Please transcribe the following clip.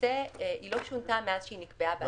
ולמעשה היא לא שונתה מאז שהיא נקבעה ב-2015.